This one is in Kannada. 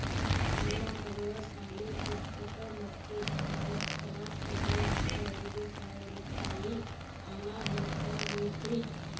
ನನ್ನ ಮಗಳ ಸಾಲಿ ಪುಸ್ತಕ್ ಮತ್ತ ಸಮವಸ್ತ್ರ ತೊಗೋಳಾಕ್ ಐದು ಸಾವಿರ ರೂಪಾಯಿ ಸಾಲ ಬೇಕಾಗೈತ್ರಿ